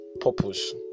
purpose